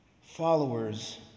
Followers